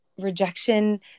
rejection